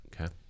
okay